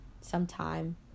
sometime